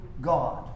God